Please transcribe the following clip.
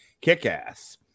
Kick-Ass